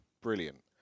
Brilliant